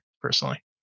personally